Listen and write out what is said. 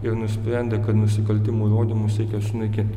ir nusprendė kad nusikaltimų įrodymus reikia sunaikinti